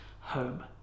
home